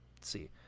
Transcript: see